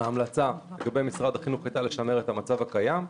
ההמלצה לגבי משרד החינוך הייתה שימור של המצב הקיים.